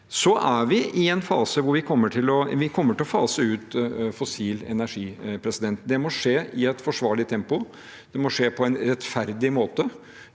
Vi er i en fase hvor vi kommer til å fase ut fossil energi. Det må skje i et forsvarlig tempo, og det må skje på en rettferdig måte.